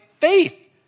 faith